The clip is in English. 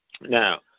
Now